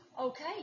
okay